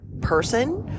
person